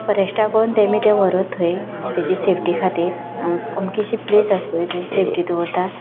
फोरेस्टाक कळून तांणी ते व्हरून थंय ताजे सेफ्टी खातीर अमकीशी प्लेस आसा पळय थंय सेफ्टी दवरता